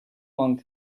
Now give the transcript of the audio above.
monk